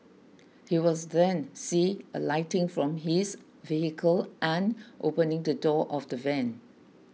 he was then see alighting from his vehicle and opening the door of the van